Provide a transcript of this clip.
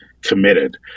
committed